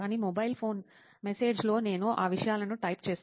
కానీ mobile phone message లో నేను ఆ విషయాలను టైప్ చేస్తాను